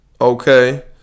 Okay